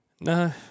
No